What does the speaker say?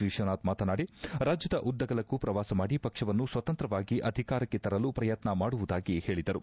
ವಿಶ್ವನಾಥ್ ಮಾತನಾಡಿ ರಾಜ್ಯದ ಉದ್ವಗಲಕ್ಕೂ ಪ್ರವಾಸ ಮಾಡಿ ಪಕ್ವವನ್ನು ಸ್ವತಂತ್ರವಾಗಿ ಅಧಿಕಾರಕ್ಕೆ ತರಲು ಪ್ರಯತ್ನ ಮಾಡುವುದಾಗಿ ಹೇಳಿದರು